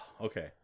okay